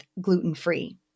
gluten-free